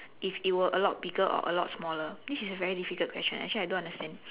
if it were a lot bigger or a lot smaller this is a very difficult question actually I don't understand